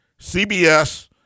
CBS